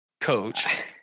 coach